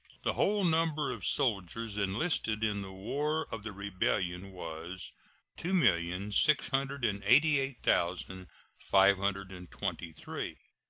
the whole number of soldiers enlisted in the war of the rebellion was two million six hundred and eighty eight thousand five hundred and twenty three.